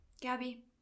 Gabby